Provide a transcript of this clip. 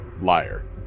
liar